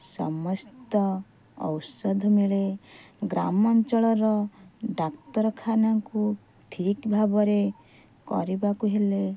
ସମସ୍ତ ଔଷଧ ମିଳେ ଗ୍ରାମାଞ୍ଚଳର ଡାକ୍ତରଖାନାକୁ ଠିକ୍ ଭାବରେ କରିବାକୁ ହେଲେ